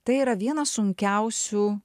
tai yra vienas sunkiausių